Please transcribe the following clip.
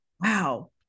Wow